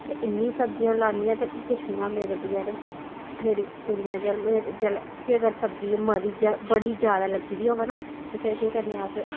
ते इन्नी सब्जी अ'ऊं लान्नी आं ते पिच्छुआं मेरे बचारे मेरी कुड़ियां जेकर सब्जी बड़ी जैदा लग्गी दी होवै ना ते फिर केह् करने अस